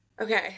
okay